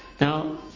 Now